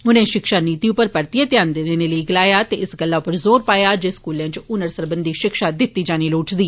उनें शिक्षा नीति उप्पर परतिए ध्यान देने लेई गलाया ते इस गल्ला उप्पर जोर पाया जे ओ स्कूलें इच हनर सरबंधी शिक्षा दिती जानी लोढ़चदी